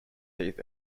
teeth